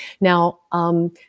Now